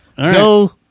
Go